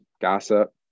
gossip